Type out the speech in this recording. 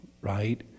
right